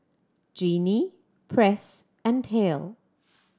Genie Press and Hale